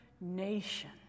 nation